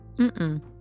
Mm-mm